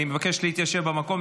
אני מבקש להתיישב במקום.